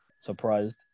surprised